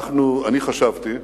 אני חשבתי,